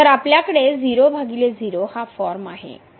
तर आपल्याकडे 00 हा फॉर्म आहे